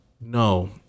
no